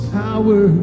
power